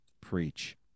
preach